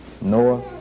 Noah